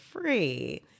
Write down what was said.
free